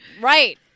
Right